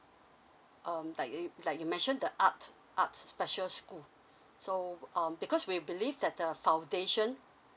um like yo~ like you mentioned the arts arts special school so um because we believe that the foundation